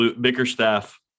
Bickerstaff